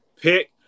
pick